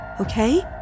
okay